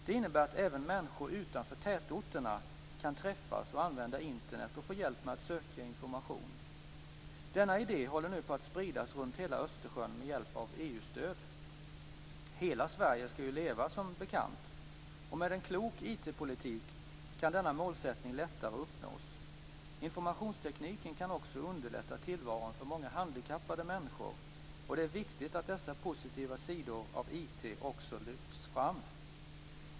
Det innebär att även människor utanför tätorterna kan träffas och använda Internet och få hjälp med att söka information. Denna idé håller nu på att spridas runt hela Östersjön med hjälp av EU-stöd. Hela Sverige skall ju leva, som bekant, och med en klok IT-politik kan denna målsättning lättare uppnås. Informationstekniken kan också underlätta tillvaron för många handikappade människor, och det är viktigt att dessa positiva sidor av IT också lyfts fram.